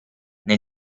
nel